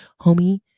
homie